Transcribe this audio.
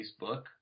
Facebook